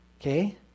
Okay